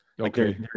Okay